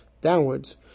downwards